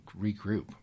regroup